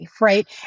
right